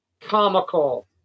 comical